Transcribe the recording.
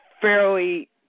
fairly